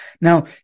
now